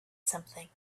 something